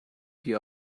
wie